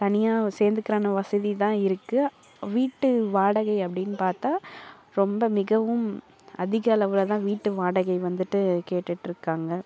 தனியாக சேர்ந்துக்குறவங்க வசதி தான் இருக்கு வீட்டு வாடகை அப்படீன்னு பார்த்தா ரொம்ப மிகவும் அதிக அளவில் தான் வீட்டு வாடகை வந்துட்டு கேட்டுட்ருக்காங்க